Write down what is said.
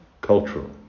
cultural